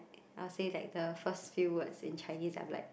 I'll say like the first few words in Chinese I'm like